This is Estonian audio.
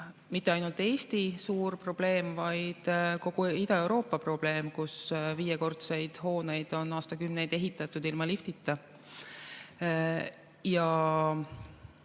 mitte ainult Eestis suur probleem, vaid kogu Ida-Euroopas probleem. Viiekordseid hooneid on aastakümneid ehitatud ilma liftita.